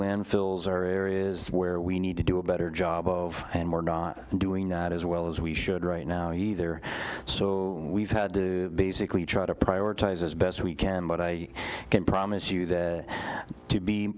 landfills are areas where we need to do a better job of and we're not doing that as well as we should right now either so we've had to basically try to prioritize as best we can but i can promise you that to be